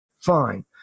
fine